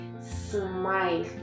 Smile